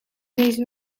deze